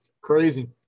crazy